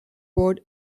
board